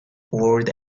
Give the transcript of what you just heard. ford